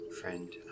Friend